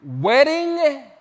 wedding